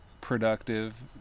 productive